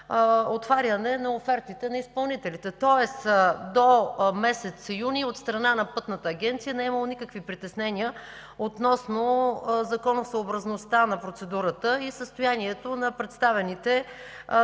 отваряне на офертите на изпълнителите. Тоест до месец юни от страна на Пътната агенция не е имало никакви притеснения относно законосъобразността на процедурата и състоянието на представените